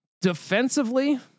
Defensively